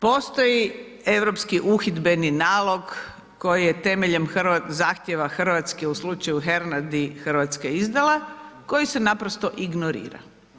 Postoji Europski uhidbeni nalog koji je temeljem zahtjeva Hrvatske u slučaju Hernadi Hrvatska izdala koji se naprosto ignorira.